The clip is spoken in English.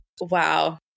wow